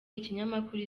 ikinyamakuru